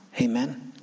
Amen